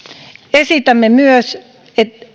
esitämme myös